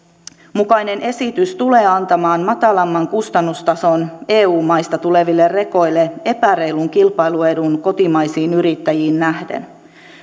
mukainen esitys tulee antamaan matalamman kustannustason eu maista tuleville rekoille epäreilun kilpailuedun kotimaisiin yrittäjiin nähden